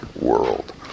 world